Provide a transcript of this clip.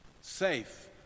safe